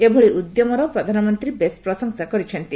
ଏଭଳି ଉଦ୍ୟମର ପ୍ରଧାନମନ୍ତ୍ରୀ ବେଶ୍ ପ୍ରଶଂସା କରିଛନ୍ତି